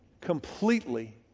completely